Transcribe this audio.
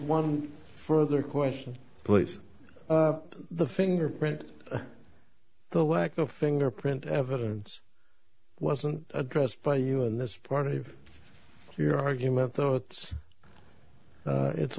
one further question place the fingerprint the lack of fingerprint evidence wasn't addressed by you in this part of your argument though it's